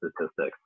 statistics